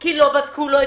כי הוא לא נבדק קודם.